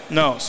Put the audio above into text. no